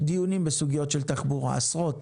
דיונים בסוגיות של תחבורה עשרות.